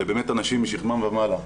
אלה באמת אנשים משכמם ומעלה,